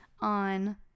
on